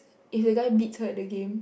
if the guy beats her at the game